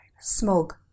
smog